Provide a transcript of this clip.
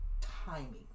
timing